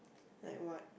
like what